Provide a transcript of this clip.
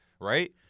Right